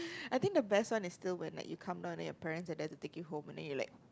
I think the best one is still when like you come down and then your parents are there to take you home and then you like